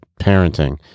parenting